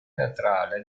teatrale